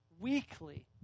weekly